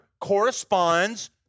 corresponds